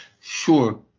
sure